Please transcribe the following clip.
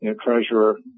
treasurer